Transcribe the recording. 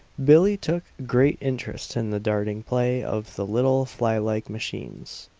billie took great interest in the darting play of the little flylike machines,